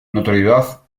notoriedad